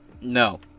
no